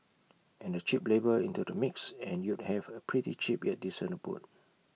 add the cheap labour into the mix and you'd have A pretty cheap yet decent abode